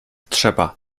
trzeba